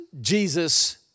Jesus